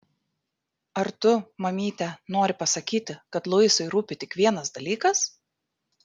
ar tu mamyte nori pasakyti kad luisui rūpi tik vienas dalykas